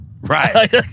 Right